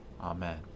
Amen